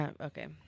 Okay